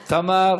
תמר,